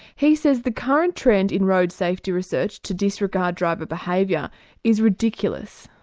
he says the current trend in road safety research to disregard driver behaviour is ridiculous.